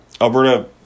Alberta